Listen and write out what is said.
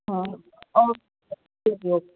ਹਾਂ ਓਕੇ